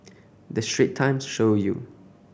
the Straits Times show you